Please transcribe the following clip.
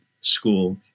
school